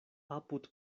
apud